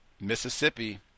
Mississippi